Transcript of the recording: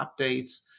updates